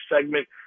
segment